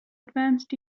advanced